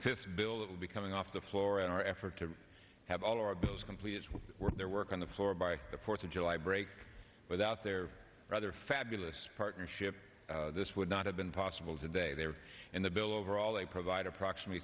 is the bill that will be coming off the floor in our effort to have all our bills complete its work their work on the floor by the fourth of july break without their rather fabulous partnership this would not have been possible today there and the bill overall they provide approximately